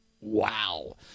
wow